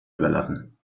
überlassen